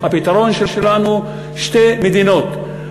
הפתרון שלנו: שתי מדינות.